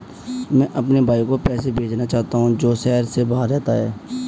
मैं अपने भाई को पैसे भेजना चाहता हूँ जो शहर से बाहर रहता है